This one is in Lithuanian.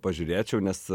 pažiūrėčiau nes